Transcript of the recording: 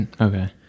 Okay